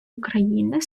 україни